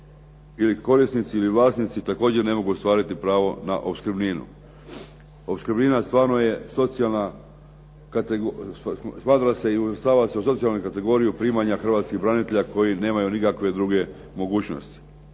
ili korisnici ili vlasnici također ne mogu ostvariti pravo na opskrbninu. Opskrbnina stvarno je socijalna, smatra se i svrstava se u socijalnu kategoriju primanja hrvatskih branitelja koji nemaju nikakve druge mogućnosti.